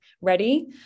ready